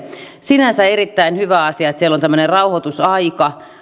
sinänsä on erittäin hyvä asia että siellä on tämmöinen rauhoitusaika